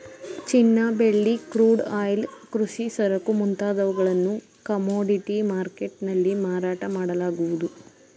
ಚಿನ್ನ, ಬೆಳ್ಳಿ, crude oil, ಕೃಷಿ ಸರಕು ಮುಂತಾದವುಗಳನ್ನು ಕಮೋಡಿಟಿ ಮರ್ಕೆಟ್ ನಲ್ಲಿ ಮಾರಾಟ ಮಾಡಲಾಗುವುದು